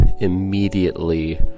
immediately